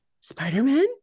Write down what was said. Spider-Man